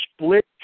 split